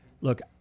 look